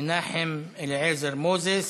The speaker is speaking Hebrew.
מנחם אליעזר מוזס,